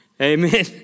Amen